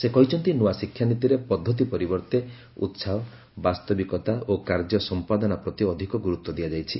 ସେ କହିଛନ୍ତି ନୂଆ ଶିକ୍ଷାନୀତିରେ ପଦ୍ଧତି ପରିବର୍ତ୍ତେ ଉସାହ ବାସ୍ତବିକତା ଓ କାର୍ଯ୍ୟ ସମ୍ପାଦନା ପ୍ରତି ଅଧିକ ଗୁରୁତ୍ୱ ଦିଆଯାଇଛି